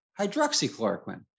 hydroxychloroquine